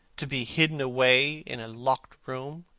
to be hidden away in a locked room,